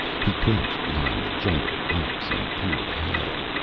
he crouched behind the jumbled rocks and peered ahead.